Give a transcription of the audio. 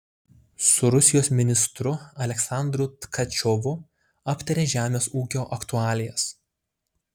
su rusijos ministru aleksandru tkačiovu aptarė žemės ūkio aktualijas